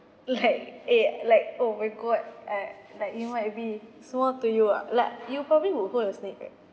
like eh like oh my god uh like it might be small to you ah like you probably will hold a snake right